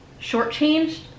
shortchanged